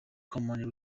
common